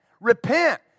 Repent